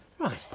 Right